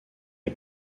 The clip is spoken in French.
est